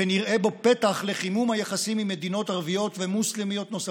ונראה בו פתח לחימום היחסים עם מדינות ערביות ומוסלמיות נוספות.